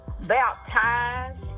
baptized